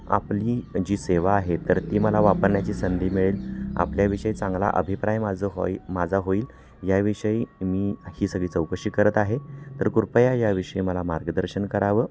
आपली जी सेवा आहे तर ती मला वापरण्याची संधी मिळेल आपल्याविषयी चांगला अभिप्राय माझं होई माझा होईल याविषयी मी ही सगळी चौकशी करत आहे तर कृपया याविषयी मला मार्गदर्शन करावं